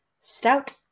stout